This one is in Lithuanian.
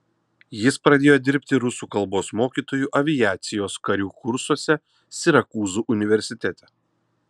jis pradėjo dirbti rusų kalbos mokytoju aviacijos karių kursuose sirakūzų universitete